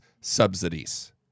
subsidies